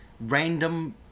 Random